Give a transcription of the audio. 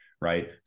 Right